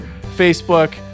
Facebook